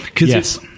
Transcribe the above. Yes